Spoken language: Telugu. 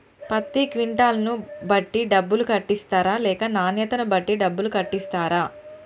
పత్తి క్వింటాల్ ను బట్టి డబ్బులు కట్టిస్తరా లేక నాణ్యతను బట్టి డబ్బులు కట్టిస్తారా?